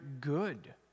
good